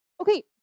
Okay